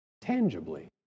tangibly